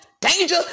Danger